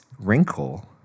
wrinkle